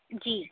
जी